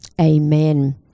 amen